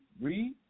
Read